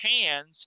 hands